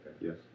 Yes